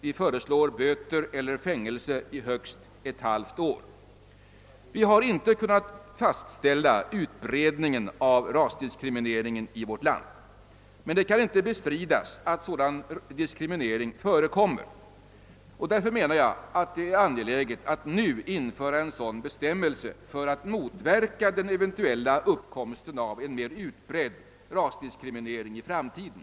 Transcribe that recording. Vi föreslår där böter eller fängelse i högst ett halvt år. Vi har inte kunnat fastställa utbredningen av rasdiskrimineringen i vårt land, men det kan inte bestridas att sådan diskriminering förekommer. Därför menar jag att det nu är angeläget att införa en sådan bestämmelse för att motverka den eventuella uppkomsten av en mer utbredd rasdiskriminering i framtiden.